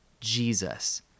Jesus